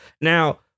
Now